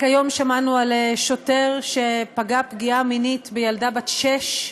רק היום שמענו על שוטר שפגע פגיעה מינית בילדה בת שש.